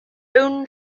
own